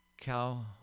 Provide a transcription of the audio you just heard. cow